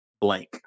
blank